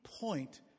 point